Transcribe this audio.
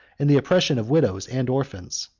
and the oppression of widows and orphans.